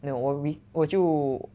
没有我 re~ 我就